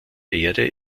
erde